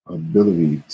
ability